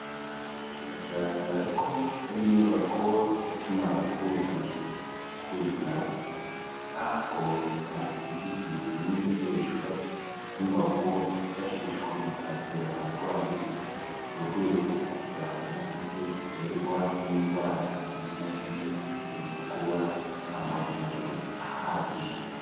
Biragaragara ko ari inyubako ikimara kuzu kuzura, ntago hashize igihe kinini ikoreshwa, inyubako yifashishwa mu kwakira abarwayi, mu rwego rwo kugabanya impfu ziterwa n'indwara zimwe na zimwe bitewe no kubura amavuriro ahagije.